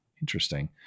Interesting